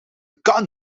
kan